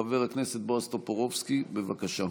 חבר הכנסת בועז טופורובסקי, בבקשה.